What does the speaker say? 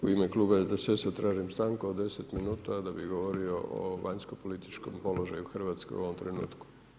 U ime kluba SDSS-a tražim stanku od deset minuta da bi govorio o vanjskopolitičkom položaju Hrvatske u ovom trenutku.